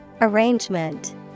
Arrangement